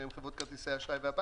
שהם חברות כרטיסי אשראי והבנקים,